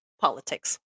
politics